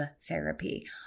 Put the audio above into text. therapy